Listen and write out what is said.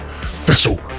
vessel